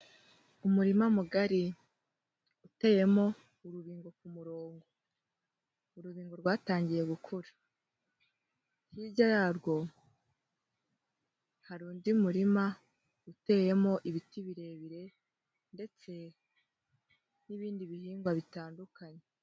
Umurima mugari uteyemo urubingo ku murongo, urubingo rwatangiye gukura, hirya yarwo hari undi murima uteyemo ibiti birebire ndetse n'ibindi bihingwa bitandukanye.